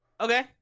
Okay